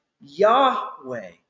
Yahweh